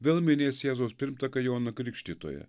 vėl minės jėzaus pirmtaką joną krikštytoją